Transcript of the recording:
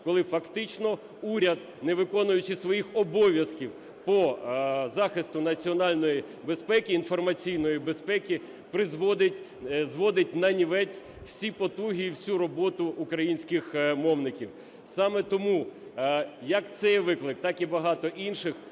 коли фактично уряд, не виконуючи своїх обов'язків по захисту національної безпеки, інформаційної безпеки, зводить нанівець всі потуги і всю роботу українських мовників. Саме тому як цей виклик, так і багато інших